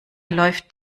läuft